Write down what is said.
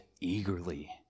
eagerly